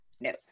no